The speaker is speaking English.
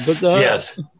yes